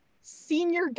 senior